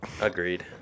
Agreed